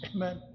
Amen